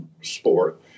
sport